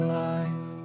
life